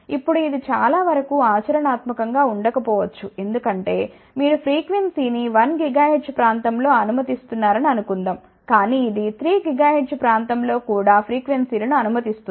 ఇప్పుడు ఇది చాలావరకు ఆచరణాత్మకం గా ఉండకపోవచ్చు ఎందుకంటే మీరు ఫ్రీక్వెన్సీ ని 1 GHz ప్రాంతం లో అనుమతిస్తున్నారని అనుకుందాం కానీ ఇది 3 GHz ప్రాంతం లో కూడా ఫ్రీక్వెన్సీలను అనుమతిస్తుంది